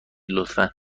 لطفا